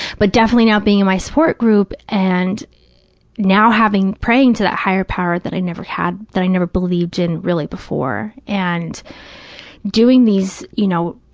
but definitely being in my support group and now having, praying to that higher power that i never had, that i never believed in really before, and doing these, you know,